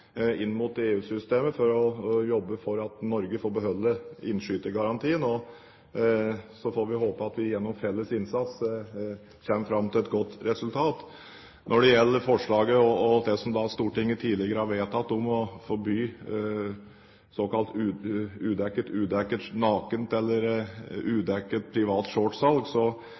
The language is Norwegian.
inn mot EU-systemet og jobber for at Norge skal få beholde innskytergarantiordningen. Så får vi håpe at vi gjennom felles innsats kommer fram til et godt resultat. Når det gjelder forslaget og det som Stortinget tidligere har vedtatt om å forby såkalt nakent, eller udekket, privat shortsalg, så